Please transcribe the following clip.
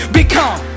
become